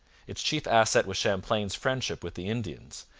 its chief asset was champlain's friendship with the indians,